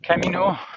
Camino